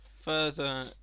further